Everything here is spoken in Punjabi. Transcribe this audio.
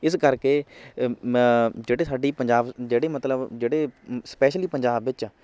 ਇਸ ਕਰਕੇ ਮਾ ਜਿਹੜੇ ਸਾਡੀ ਪੰਜਾਬ ਜਿਹੜੇ ਮਤਲਬ ਜਿਹੜੇ ਸਪੈਸ਼ਲੀ ਪੰਜਾਬ ਵਿੱਚ ਆ